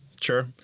sure